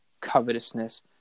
covetousness